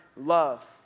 Love